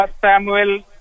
Samuel